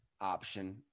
option